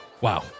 Wow